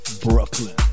Brooklyn